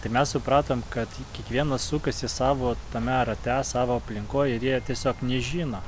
tai mes supratom kad kiekvienas sukasi savo tame rate savo aplinkoj ir jie tiesiog nežino